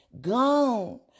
gone